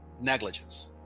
negligence